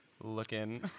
Looking